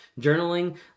journaling